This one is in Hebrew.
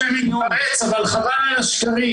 שאני מתפרץ אבל חבל מאוד על השקרים.